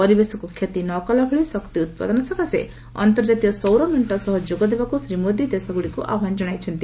ପରିବେଶକୁ କ୍ଷତି ନ କଲାଭଳି ଶକ୍ତି ଉତ୍ପାଦନ ସକାଶେ ଅର୍ନ୍ତଜାତୀୟ ସୌର ମେଣ୍ଟ ସହ ଯୋଗଦେବାକୁ ଶ୍ରୀ ମୋଦି ଦେଶଗୁଡିକୁ ଆହ୍ୱାନ ଜଣାଇଛନ୍ତି